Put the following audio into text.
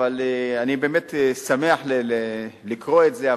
אבל אני באמת שמח לקרוא את זה,